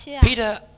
Peter